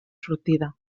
sortida